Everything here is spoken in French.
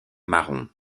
marron